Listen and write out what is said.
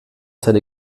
seine